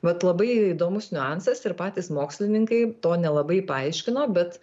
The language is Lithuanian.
vat labai įdomus niuansas ir patys mokslininkai to nelabai paaiškino bet